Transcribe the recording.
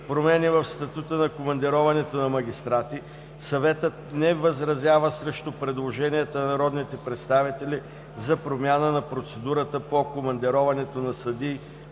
промени в статута на командироването на магистрати, Съветът не възразява срещу предложенията на народните представители за промяна на процедурата по командироването на съдии,